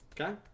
Okay